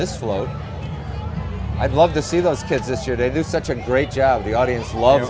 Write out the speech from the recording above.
this float i'd love to see those kids this year they do such a great job the audience love